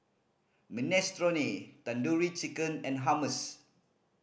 Minestrone Tandoori Chicken and Hummus